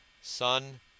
Son